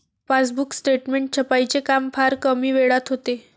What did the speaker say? passbook statement छपाईचे काम फार कमी वेळात होते